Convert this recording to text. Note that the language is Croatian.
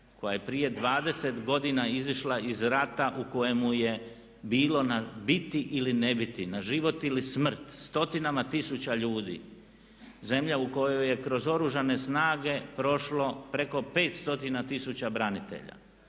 koja je prije 20 godina izišla iz rata u kojemu je bilo na biti ili ne biti, na život ili smrt stotinama tisuća ljudi, zemlja u kojoj je kroz Oružane snage prošlo preko pet stotina